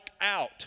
out